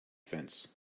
fence